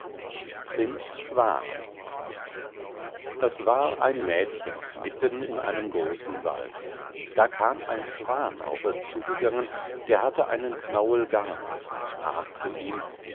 prinz schwan es war ein mädchen mitten in einem großen wald da kam ein schwan auf es zugegangen der hatte einen knauel garn und sprach zu ihm